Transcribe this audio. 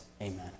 Amen